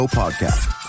podcast